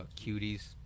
cuties